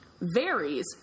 varies